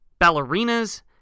ballerinas